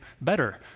better